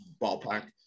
ballpark